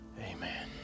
Amen